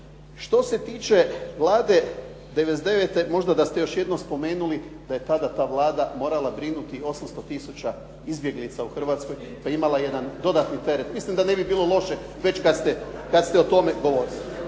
Što se tiče Vlade '99. možda da ste još jednom spomenuli da je tada ta Vlada morala brinuti 800 tisuća izbjeglica u Hrvatskoj, da je imala jedan dodatni teret. Mislim da ne bi bilo loše već kada ste o tome govorili.